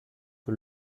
que